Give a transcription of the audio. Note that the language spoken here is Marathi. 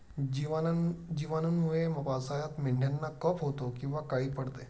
जिवाणूंमुळे पावसाळ्यात मेंढ्यांना कफ होतो किंवा काळी पडते